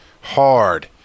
hard